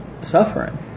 suffering